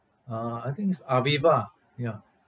uh I think it's Aviva ya